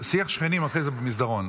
שיח שכנים, אחרי זה במסדרון.